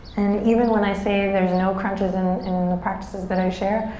and even when i say there's no crunches in in the practices that i share,